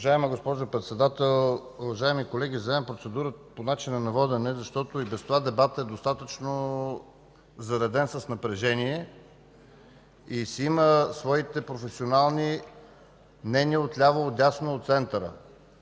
Уважаема госпожо Председател, уважаеми колеги, взимам процедура по начина на водене, защото и без това дебатът е достатъчно зареден с напрежение и си има своите професионални мнения от ляво, от дясно, от центъра.